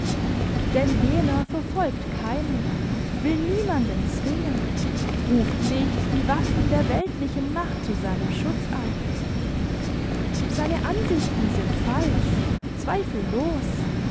denn jener verfolgt keinen will niemanden zwingen ruft nicht die waffen der weltlichen macht zu seinem schutz an seine ansichten sind falsch zweifellos